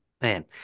Man